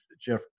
Jeff